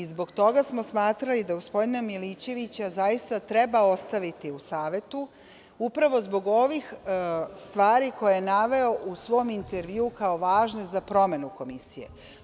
Zbog toga smo smatrali da gospodina Milićevića zaista treba ostaviti u Savetu, upravo zbog ovih stvari koje je naveo u svom intervju kao važne za promenu Komisije.